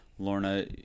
Lorna